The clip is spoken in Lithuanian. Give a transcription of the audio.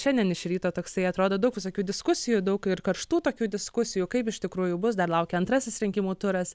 šiandien iš ryto toksai atrodo daug visokių diskusijų daug ir karštų tokių diskusijų kaip iš tikrųjų bus dar laukia antrasis rinkimų turas